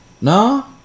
No